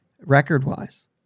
record-wise